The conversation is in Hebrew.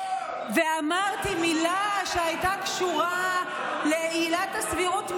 ואמרתי מילה שהייתה קשורה לעילת הסבירות,